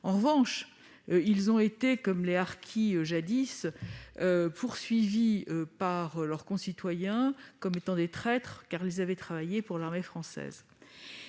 En revanche, ils ont été, comme les harkis jadis, poursuivis par leurs concitoyens comme étant des traîtres, car ils avaient travaillé pour l'armée française.